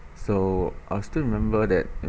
so I still remember that